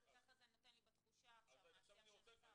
ככה זה נותן לי בתחושה מהשיח שנוצר פה.